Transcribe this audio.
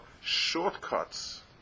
shortcuts